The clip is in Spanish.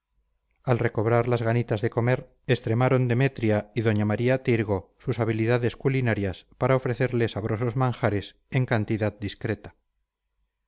al recobrar las ganitas de comer extremaron demetria y doña maría tirgo sus habilidades culinarias para ofrecerle sabrosos manjares en cantidad discreta